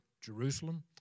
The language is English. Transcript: Jerusalem